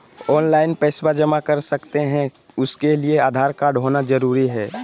Online पैसा जमा कर सकते हैं उसके लिए आधार कार्ड होना जरूरी है?